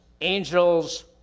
angels